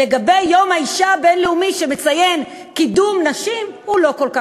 לגבי יום האישה הבין-לאומי, שמציין קידום נשים,